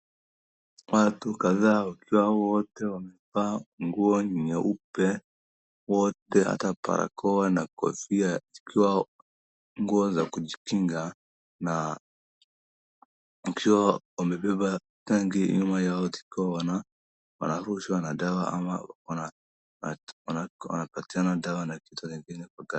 Watu kadhaa wakiwa wote wamevaa nguo nyeupe, wote hata barakoa na kofia zikiwa nguo za kujikinga na ikiwa wamebeba tangi nyuma yao ikiwa wana wanarushwa na dawa ama wana wana wanapatiana dawa na mtu mwingine kwa gari.